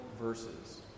verses